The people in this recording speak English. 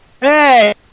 Hey